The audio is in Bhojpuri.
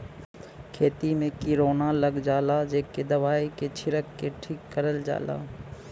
खेती में किरौना लग जाला जेके दवाई के छिरक के ठीक करल जाला